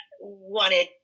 wanted